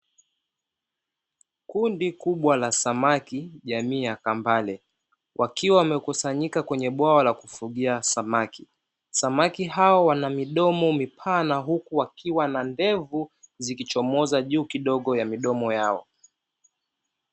Kundi kubwa la samaki jamii ya kambale wakiwa wamekusanyika kwenye bwawa la kufugia samaki. Samaki hao wana midomo mipana huku wakiwa na ndevu zikichomoza juu kidogo ya midomo yao.